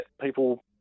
people